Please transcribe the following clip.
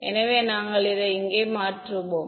எனவே நாங்கள் இதை இங்கே மாற்றுவோம்